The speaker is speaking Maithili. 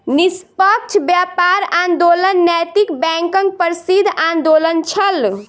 निष्पक्ष व्यापार आंदोलन नैतिक बैंकक प्रसिद्ध आंदोलन छल